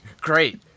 great